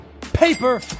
paper